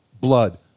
blood